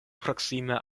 proksime